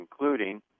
including